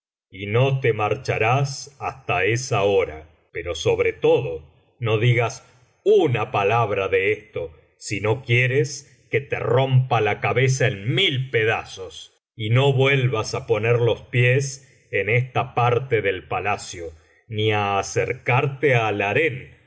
y no te marcharás hasta esa hora pero sobre todo no digas una palabra de esto si no quieres que te rompa la cabeza en mil pedazos y no vuelvas á poner los pies en esta parte del palacio ni á acercarte al harén